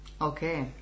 Okay